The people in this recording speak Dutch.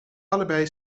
allebei